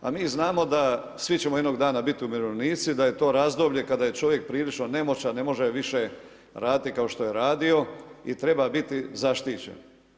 A mi znamo da, svi ćemo jednog dana biti umirovljenici, da je to razdoblje kada je čovjek prilično nemoćan, ne može više raditi kao što je radio i treba biti zaštićen.